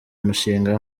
umushinga